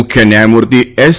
મુખ્ય ન્યાયમૂર્તિ એસ